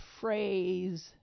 phrase